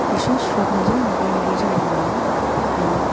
गुसु सुहाबनायजों मोगा मोगा जानांनायनि बेनो